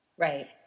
Right